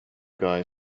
guy